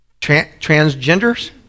Transgenders